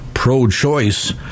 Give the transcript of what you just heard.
pro-choice